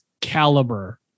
caliber